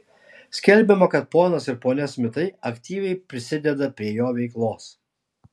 skelbiama kad ponas ir ponia smitai aktyviai prisideda prie jo veiklos